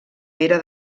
pere